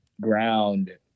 ground